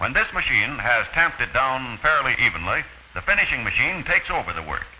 when this machine has tempted down fairly evenly the finishing machine takes over the work